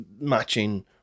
matching